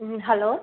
ꯎꯝ hello